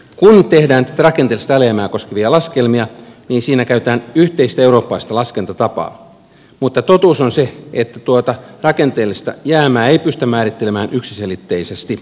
kun tehdään tätä rakenteellista alijäämää koskevia laskelmia niin siinä käytetään yhteistä eurooppalaista laskentatapaa mutta totuus on se että tuota rakenteellista jäämää ei pystytä määrittelemään yksiselitteisesti